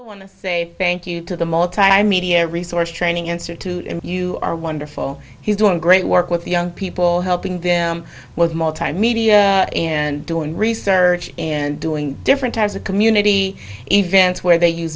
to say thank you to the multimedia resource training institute you are wonderful he's doing great work with the young people helping them with multimedia and doing research and doing different types of community events where they use